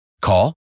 Call